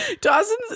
Dawson's